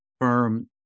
firm